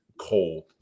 cold